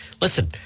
listen